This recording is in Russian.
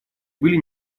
были